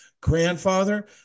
grandfather